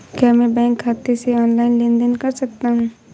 क्या मैं बैंक खाते से ऑनलाइन लेनदेन कर सकता हूं?